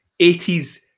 80s